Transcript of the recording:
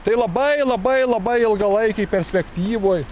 tai labai labai labai ilgalaikėj perspektyvoj